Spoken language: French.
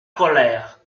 colère